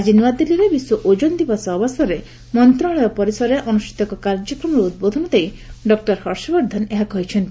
ଆଜି ନୂଆଦିଲ୍ଲୀରେ ବିଶ୍ୱ ଓଜୋନ୍ ଦିବସ ଅବସରରେ ମନ୍ତ୍ରଣାଳୟ ପରିସରରେ ଅନୁଷ୍ଠିତ କାର୍ଯ୍ୟକ୍ରମରେ ଉଦ୍ବୋଧନ ଦେଇ ଡକ୍ଟର ହର୍ଷବର୍ଦ୍ଧନ ଏହା କହିଛନ୍ତି